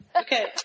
Okay